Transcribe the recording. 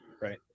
Right